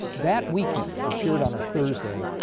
that weekend it appeared on a thursday,